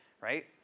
right